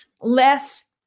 less